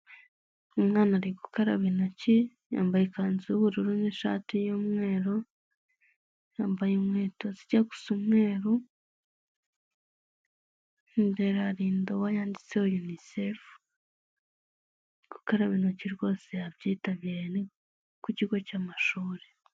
Umwana ari gukaraba intoki, yambaye ikanzu y'ubururu n'ishati y'umweru, yambaye inkweto zijya gusa umweru, imbere hari indobo yanditseho yunisefu, gukaraba intoki rwose yabyitabiriye, ni ku kigo cy'amashuri.